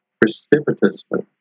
precipitously